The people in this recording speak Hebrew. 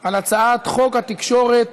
על הצעת חוק התקשורת